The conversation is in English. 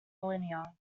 linear